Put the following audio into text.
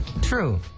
True